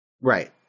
Right